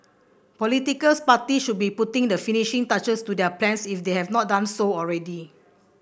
political party should be putting the finishing touches to their plans if they have not done so already